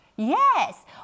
Yes